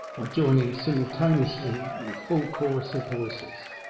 by joining simultaneously in a full chorus of voices,